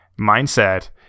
mindset